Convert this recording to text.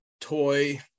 toy